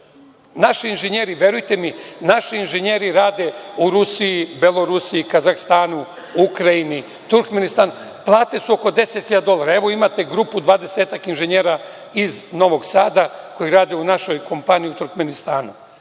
10.000 dolara? Verujte mi, naši inžinjeri rade u Rusiji, Belorusiji, Kazahstanu, Ukrajini, Turkmenistanu, plate su oko 10.000 dolara. Evo imate grupu od 20-ak inžinjera iz Novog Sada koji rade u našoj kompaniji u Turkmenistanu.